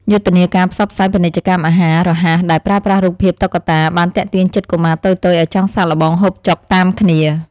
យុទ្ធនាការផ្សព្វផ្សាយពាណិជ្ជកម្មអាហាររហ័សដែលប្រើប្រាស់រូបភាពតុក្កតាបានទាក់ទាញចិត្តកុមារតូចៗឲ្យចង់សាកល្បងហូបចុកតាមគ្នា។